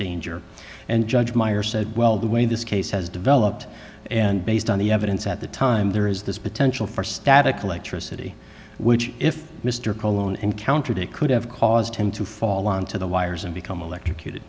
danger and judge meyer said well the way this case has developed and based on the evidence at the time there is this potential for static electricity which if mr coleman encountered it could have caused him to fall onto the wires and become electrocuted